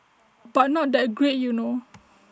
but not that great you know